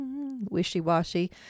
wishy-washy